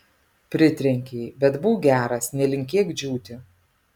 pritrenkei bet būk geras nelinkėk džiūti